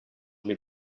mil